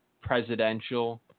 presidential